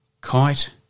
Kite